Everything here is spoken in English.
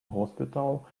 hospital